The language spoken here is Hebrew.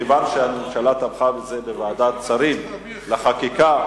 מכיוון שהוועדה תמכה בזה בוועדת השרים לענייני חקיקה,